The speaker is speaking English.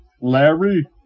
Larry